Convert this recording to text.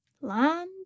land